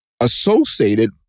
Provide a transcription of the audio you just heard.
associated